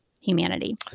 humanity